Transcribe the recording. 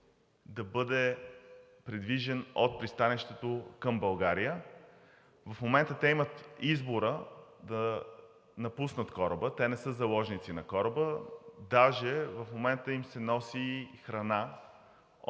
да бъде придвижен от пристанището към България. В момента те имат избора да напуснат кораба. Те не са заложници на кораба. Даже в момента им се носи храна